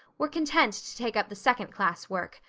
were content to take up the second class work.